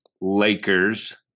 Lakers